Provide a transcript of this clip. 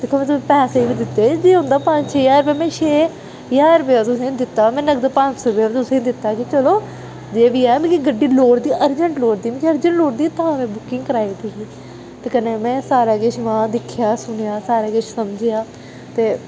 दिक्खो में तुसेंगी पैसे बी दित्ते जे होंदा पंज छे ज्हार रपेआ में छे ज्हार रपेआ तुसेंगी दित्ता में नगद पंज सौ रपेआ बी तुसेंगी दित्ता कि महां चलो जे बी ऐ मिगी गड्डी लोड़दा अर्जैंट लोड़दी अर्जैंट लोड़दी तां करियै बुकिंग कराई दी ही ते कन्नै में सारा किश महां दिक्खेआ सुनेआ सारा किश समझेआ ते